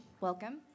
Welcome